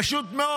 פשוט מאוד.